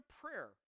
prayer